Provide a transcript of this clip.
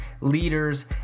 leaders